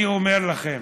אני אומר לכם,